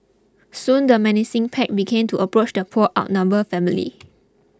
soon the menacing pack began to approach the poor outnumbered family